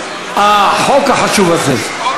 בגלל שהחוק הזה חשוב.